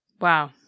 Wow